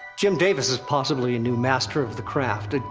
jim davis is possibly a new master of the craft, and